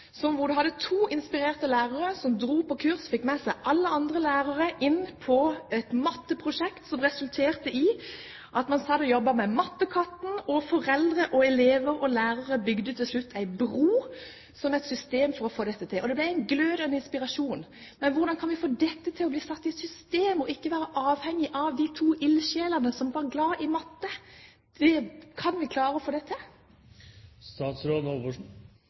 fikk med seg alle andre lærere i et matteprosjekt. Dette resulterte i at man satt og jobbet med mattekatten, og foreldre, elever og lærere bygde til slutt en bro, som et system for å få dette til, og det ble en glødende inspirasjon. Hvordan kan vi få dette til å bli satt i system, slik at man ikke er avhengig av de to ildsjelene som var glad i matte? Kan vi klare å få